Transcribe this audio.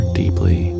deeply